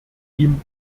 ihm